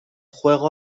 juego